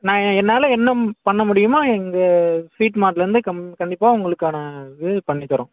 நான் என்னால் என்ன பண்ண முடியுமோ எங்கள் ஸ்வீட் மார்ட்லருந்து கம் கண்டிப்பாக உங்களுக்கான இது பண்ணி தரோம்